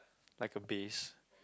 like a bass